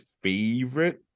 favorite